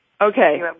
Okay